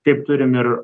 taip turim ir